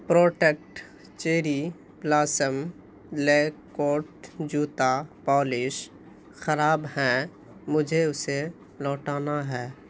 protect cherry blossom liquid جوتا polish خراب ہیں مجھے اسے لوٹانا ہے